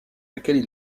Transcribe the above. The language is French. laquelle